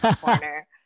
corner